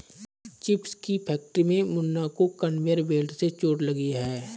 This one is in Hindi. चिप्स की फैक्ट्री में मुन्ना को कन्वेयर बेल्ट से चोट लगी है